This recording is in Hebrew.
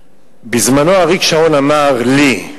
בזמנו, אריק שרון אמר לי: